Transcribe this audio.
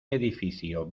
edificio